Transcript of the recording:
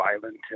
violent